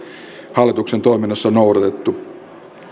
hallituksen toiminnassa noudatettu